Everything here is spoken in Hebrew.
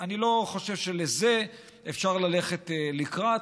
אני לא חושב שבזה אפשר ללכת לקראת.